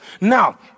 Now